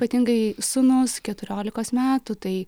ypatingai sūnus keturiolikos metų tai